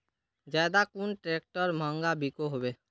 ज्यादा कुन ट्रैक्टर महंगा बिको होबे?